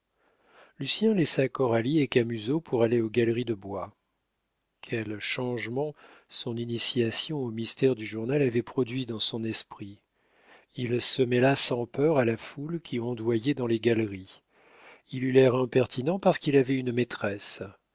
lucien laissa coralie et camusot pour aller aux galeries de bois quel changement son initiation aux mystères du journal avait produit dans son esprit il se mêla sans peur à la foule qui ondoyait dans les galeries il eut l'air impertinent parce qu'il avait une maîtresse